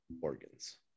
organs